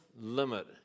limit